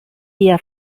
dia